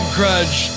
grudge